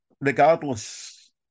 regardless